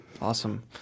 Awesome